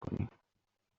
کنیم